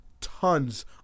tons